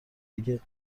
اگه